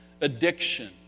addiction